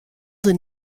der